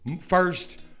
First